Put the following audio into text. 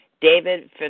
David